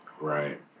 Right